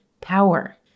power